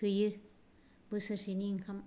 थोयो बोसोर सेनि ओंखाम